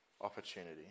opportunity